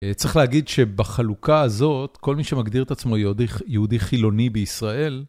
צריך להגיד שבחלוקה הזאת, כל מי שמגדיר את עצמו יהודי חילוני בישראל...